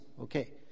Okay